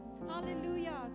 Hallelujah